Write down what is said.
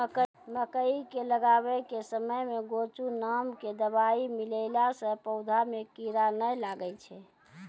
मकई के लगाबै के समय मे गोचु नाम के दवाई मिलैला से पौधा मे कीड़ा नैय लागै छै?